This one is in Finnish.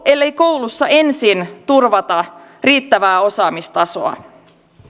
ellei koulussa ensin turvata riittävää osaamistasoa